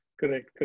Correct